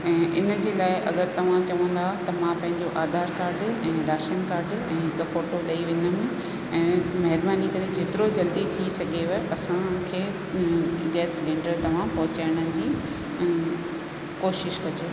ऐं इन जे लाइ अगरि तव्हां चवंदा त मां पंहिंजो आधार कार्ड ऐं राशन कार्ड ऐं हिकु फोटो ॾेई वेंदमि ऐं महिरबानी करे जेतिरो जल्दी थी सघेव असांखे गैस सिलेंडर तव्हां पहुचाइण जी कोशिशि कजो